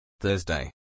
Thursday